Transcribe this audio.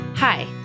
Hi